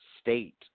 state